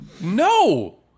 No